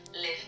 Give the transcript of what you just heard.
live